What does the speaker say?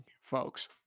folks